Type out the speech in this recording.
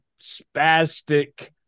spastic